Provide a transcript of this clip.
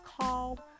called